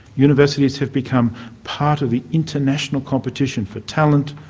universities have become part of the international competition for talent,